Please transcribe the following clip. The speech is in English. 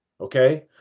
Okay